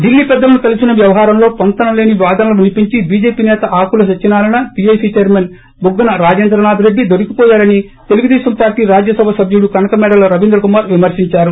దిల్లీ పెద్దలను కలిసిన వ్యవహారంలో పొంతన లేని వాదనలు వినిపించి బీజేపీ సేత ఆకుల సత్యనారాయణ పీఎసీ చైర్మన్ బుగ్గన రాజేంద్రనాథ్రెడ్డి దొరికిపోయారని తెలుగుదేశం పార్టీ రాజ్యసభ సభ్యుడు కనకమేడల రవీంద్రకుమార్ విమర్పించారు